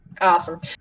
Awesome